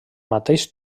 mateix